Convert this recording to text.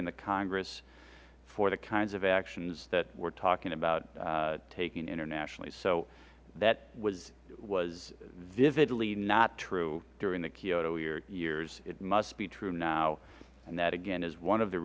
in the congress for the kinds of actions that we are talking about taking internationally so that was vividly not true during the kyoto years it must be true now and that again is one of the